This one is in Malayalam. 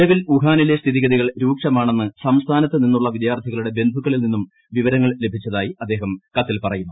നിലവിൽ വുഹാനിലെ സ്ഥിതിഗതികൾ രൂക്ഷമാണെന്ന് സംസ്ഥാനത്ത് നിന്നുള്ള വിദ്യാർത്ഥികളുടെ ബ്ന്ധൂക്കളിൽ നിന്നും വിവരങ്ങൾ ലഭിച്ചതായി അദ്ദേഹം കത്തിൽ പുറയുന്നു